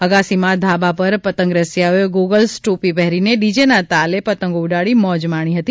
અગાસીમાં ધાબા પર પતંગરસિયાએ ગોગલ્સ ટોપી પહેરીને ડીજેના તાલે પતંગો ઉડાડી મોજ માણી હતી